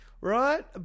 right